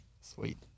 Sweet